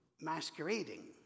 masquerading